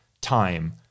time